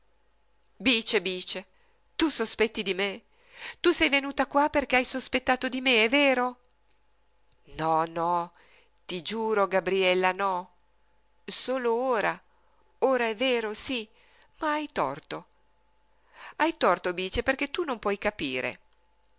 bice bice tu sospetti di me tu sei venuta qua perché hai sospettato di me è vero no no ti giuro gabriella no solo ora ora è vero sí ma hai torto hai torto bice perché tu non puoi capire